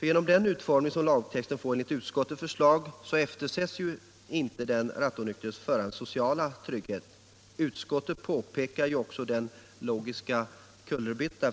Genom den utformning lagtexten får enligt utskottets förslag eftersätts inte den rattonyktra förarens sociala trygghet. Utskottet påpekar också den logiska kullerbytta